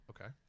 Okay